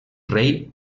rei